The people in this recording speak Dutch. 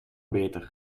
beter